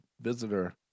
Visitor